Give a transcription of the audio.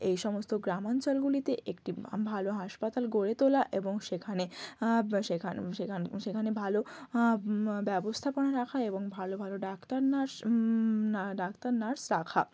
এই সমস্ত গ্রাম অঞ্চলগুলিতে একটি ভালো হাসপাতাল গড়ে তোলা এবং সেখানে বা সেখানে সেখান সেখানে ভালো ব্যবস্থাপনা রাখা এবং ভালো ভালো ডাক্তার নার্স না ডাক্তার নার্স রাখা